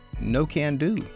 no-can-do